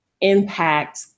impact